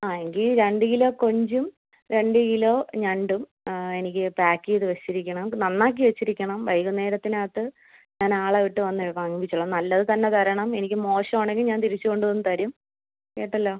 ആ എങ്കിൽ രണ്ട് കിലൊ കൊഞ്ചും രണ്ട് കിലൊ ഞണ്ടും എനിക്ക് പാക്ക് ചെയ്ത് വെച്ചിരിക്കണം നന്നാക്കി വെച്ചിരിക്കണം വൈകുന്നേരത്തിനകത്ത് ഞാൻ ആളെ വിട്ട് വന്ന് വാങ്ങിപ്പിച്ചോളാം നല്ലത് തന്നെ തരണം എനിക്ക് മോശമാണെങ്കിൽ ഞാൻ തിരിച്ച് കൊണ്ട് വന്ന് തരും കേട്ടല്ലോ